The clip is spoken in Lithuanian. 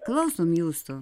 klausom jūsų